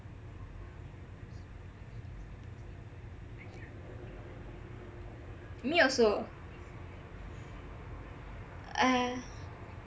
me also uh